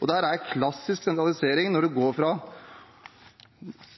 Og det er klassisk sentralisering når det går fra –